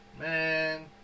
Man